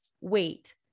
wait